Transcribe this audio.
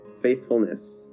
faithfulness